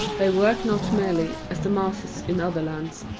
they work not merely, as the masses in other lands,